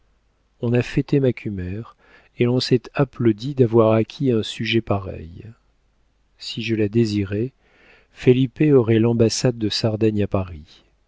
on a fêté macumer et l'on s'est applaudi d'avoir acquis un sujet pareil si je la désirais felipe aurait l'ambassade de sardaigne à paris